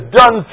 done